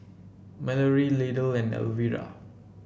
Mallory Lydell and Elvira